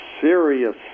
serious